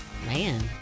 Man